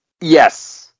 Yes